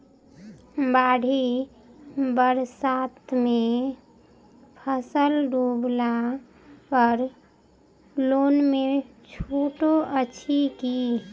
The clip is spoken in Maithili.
बाढ़ि बरसातमे फसल डुबला पर लोनमे छुटो अछि की